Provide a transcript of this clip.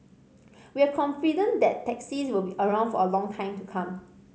we are confident that taxis will be around for a long time to come